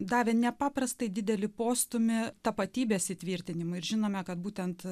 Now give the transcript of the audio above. davė nepaprastai didelį postūmį tapatybės įtvirtinimui ir žinome kad būtent